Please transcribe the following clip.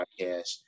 podcast